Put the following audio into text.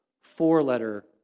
four-letter